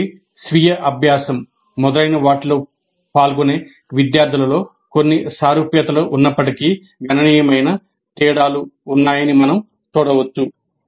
కాబట్టి స్వీయ అభ్యాసం మొదలైన వాటిలో పాల్గొనే విద్యార్థులలో కొన్ని సారూప్యతలు ఉన్నప్పటికీ గణనీయమైన తేడాలు ఉన్నాయని మనం చూడవచ్చు